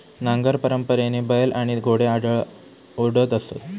नांगर परंपरेने बैल आणि घोडे ओढत असत